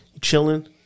chilling